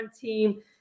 team